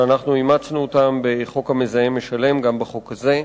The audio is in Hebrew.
שאנחנו אימצנו אותם בחוק המזהם משלם, גם בחוק הזה.